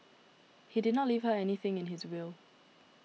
he did not leave her anything in his will